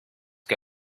que